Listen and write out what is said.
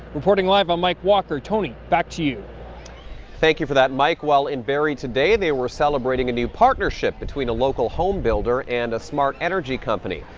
reporting live, i'm mike walker. tony, back to you. tony thank you for that, mike. well in barrie today, they were celebrating a new partnership between a local home builder and a smart energy company.